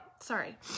sorry